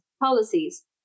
policies